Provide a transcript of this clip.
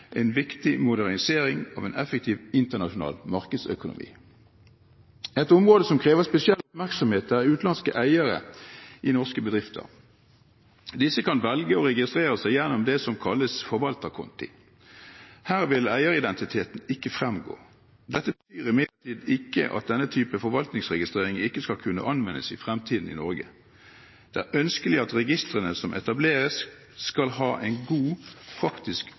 en viktig modernisering av en effektiv internasjonal markedsøkonomi. Et område som krever spesiell oppmerksomhet, er utenlandske eiere i norske bedrifter. Disse kan velge å registrere seg gjennom det som kalles forvalterkonti. Her vil eieridentiteten ikke fremgå. Det betyr imidlertid ikke at denne typen forvaltningsregistrering ikke skal kunne anvendes i fremtiden i Norge. Det er ønskelig at registrene som etableres, skal ha en god